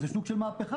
איזה סוג של מהפכה,